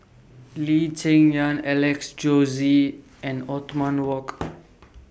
Lee Cheng Yan Alex Josey and Othman Wok